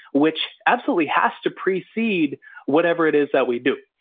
which absolutely has to precede whatever it is that we do.